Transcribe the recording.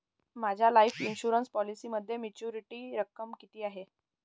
माझ्या life insurance पॉलिसीमध्ये maturity रक्कम किती आहे?